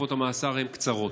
ותקופות המאסר הן קצרות.